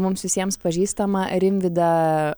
mums visiems pažįstamą rimvydą